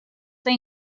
they